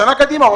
לשנה קדימה.